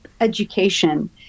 education